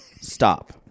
Stop